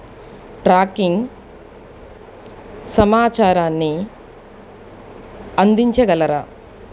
tracking సమాచారాన్ని అందించగలరా